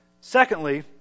Secondly